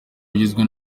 ugizwe